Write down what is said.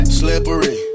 slippery